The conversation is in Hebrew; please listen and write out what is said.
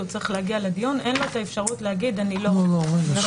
צריך להגיע לדיון אין לו אפשרות להגיד אני לא --- נכון.